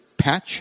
patch